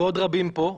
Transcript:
ועוד רבים פה,